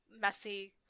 messy